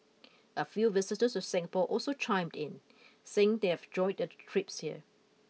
a few visitors to Singapore also chimed in saying they've enjoyed their trips here